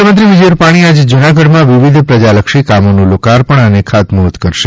મુખ્યમંત્રી વિજય રૂપાણી આજે જૂનાગઢમાં વિવિધ પ્રજાલક્ષી કામોનું લોકાર્પણ અને ખાતમુહર્ત કરશે